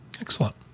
Excellent